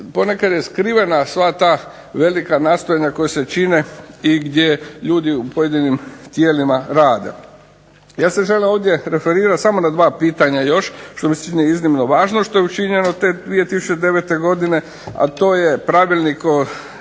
ponekad je skrivena ta velika nastojanja koja se čine i gdje ljudi u tim pojedinim tijelima rade. Ja se želim ovdje referirati na još dva pitanja što mi se čine iznimno važno što je učinjeno u 2009. godini, a to je pravilnik o